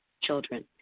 children